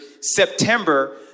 September